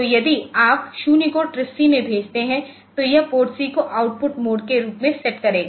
तो यदि आप 0 को TRISC में भेजते हैं तो यह PORTC को आउटपुट मोड के रूप में सेट करेगा